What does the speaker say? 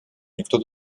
никто